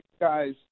guys